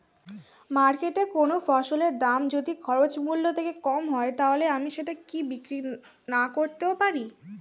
মার্কেটৈ কোন ফসলের দাম যদি খরচ মূল্য থেকে কম হয় তাহলে আমি সেটা কি বিক্রি নাকরতেও পারি?